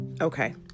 Okay